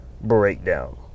Breakdown